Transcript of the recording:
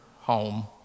home